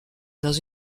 dans